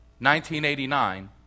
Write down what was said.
1989